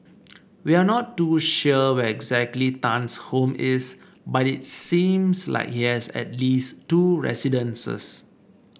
we are not too sure where exactly Tan's home is but it seems like he has at least two residences